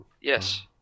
Yes